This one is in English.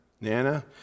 Nana